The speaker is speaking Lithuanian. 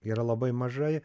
yra labai mažai